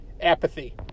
Apathy